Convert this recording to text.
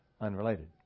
unrelated